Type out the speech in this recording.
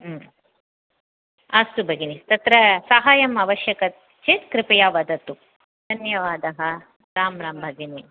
अस्तु भगिनि तत्र साहाय्यम् आवश्यकं चेत् कृपया वदतु धन्यवादः रां रां भगिनि